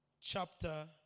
chapter